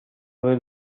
will